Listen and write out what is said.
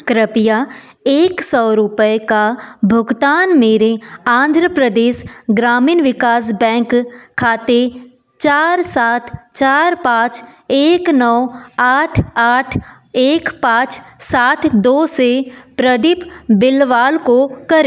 कृपया एक सौ रुपये का भुगतान मेरे आंध्र प्रदेश ग्रामीण विकास बैंक खाते चार सात चार पाँच एक नौ आठ आठ एक पाँच सात दो से प्रदीप बिलवाल को करें